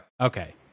okay